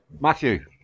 Matthew